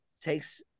takes